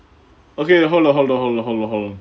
okay hold on hold on hold on hold on hold on